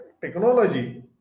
technology